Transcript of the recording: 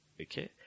Okay